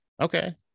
Okay